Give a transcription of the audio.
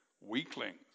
weaklings